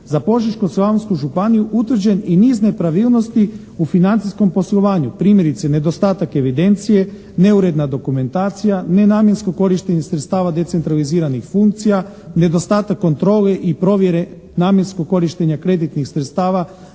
za Požeško-slavonsku županiju utvrđen i niz nepravilnosti u financijskom poslovanju. Primjerice, nedostatak evidencije, neuredna dokumentacija, nenamjensko korištenje sredstava decentraliziranih funkcija, nedostatak kontrole i provjere namjenskog korištenja kreditnih sredstava